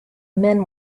men